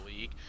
league